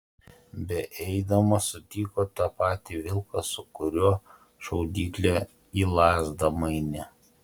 beeidamas sutiko tą patį vilką su kuriuo šaudyklę į lazdą mainė